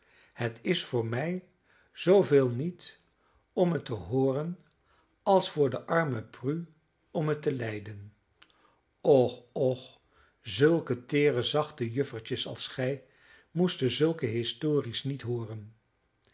het is voor mij zooveel niet om het te hooren als voor de arme prue om het te lijden och och zulke teere zachte juffertjes als gij moesten zulke histories niet hooren